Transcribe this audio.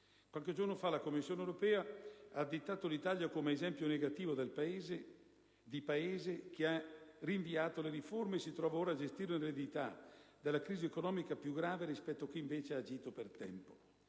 Qualche giorno fa la Commissione europea ha additato l'Italia come esempio negativo di Paese che ha rinviato le riforme e si trova ora a gestire un'eredità della crisi economica più grave rispetto a chi ha agito invece per tempo.